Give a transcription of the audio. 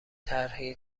طرحی